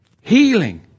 healing